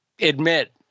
admit